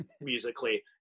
musically